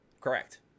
Correct